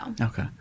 Okay